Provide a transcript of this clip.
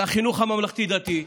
לחינוך הממלכתי-דתי,